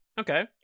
Okay